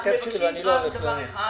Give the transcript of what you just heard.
אנחנו מבקשים רק דבר אחד